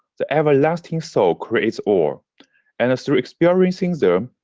the everlasting soul creates all and through experiencing them,